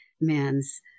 man's